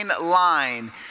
Line